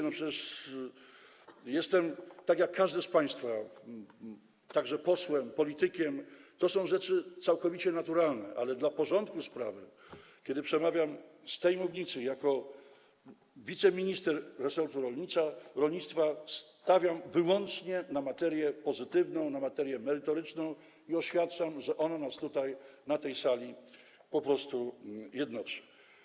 No przecież także jestem, tak jak każdy z państwa, posłem, politykiem, i to są rzeczy całkowicie naturalne, ale dla porządku sprawy, kiedy przemawiam z tej mównicy jako wiceminister resortu rolnictwa, stawiam wyłącznie na materię pozytywną, materię merytoryczną i oświadczam, że ona nas tutaj na tej sali po prostu jednoczy.